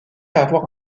avoir